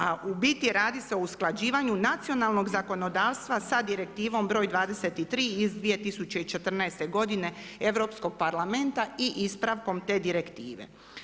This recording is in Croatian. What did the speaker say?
A u biti radi se o usklađivanju nacionalnog zakonodavstva sa Direktivom br. 23. iz 2014. godine Europskog parlamenta i ispravkom te direktive.